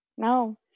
No